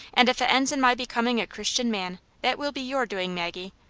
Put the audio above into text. and if it ends in my becoming a christian man, that will be your doing, maggie.